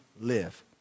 live